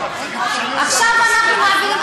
עכשיו אנחנו מעבירים.